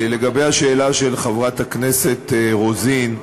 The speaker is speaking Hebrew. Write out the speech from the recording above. לגבי השאלה של חברת הכנסת רוזין,